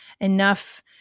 enough